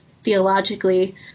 Theologically